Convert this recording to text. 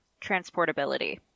transportability